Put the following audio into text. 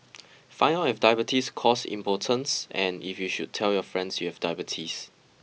find out if diabetes causes impotence and if you should tell your friends you have diabetes